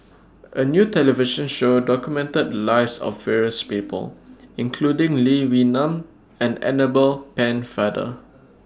A New television Show documented Lives of various People including Lee Wee Nam and Annabel Pennefather